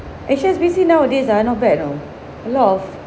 H_S_B_C nowadays ah not bad oh a lot of